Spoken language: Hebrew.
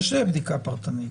יש בדיקה פרטנית,